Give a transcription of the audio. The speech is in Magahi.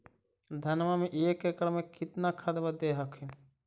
धनमा मे एक एकड़ मे कितना खदबा दे हखिन?